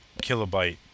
kilobyte